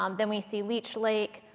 um then we see leech lake,